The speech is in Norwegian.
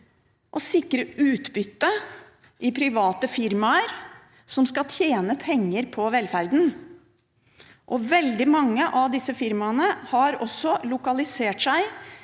å sikre utbytte til private firmaer som skal tjene penger på velferden. Veldig mange av disse firmaene har også lokalisert seg